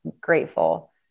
grateful